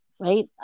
Right